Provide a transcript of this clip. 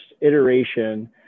iteration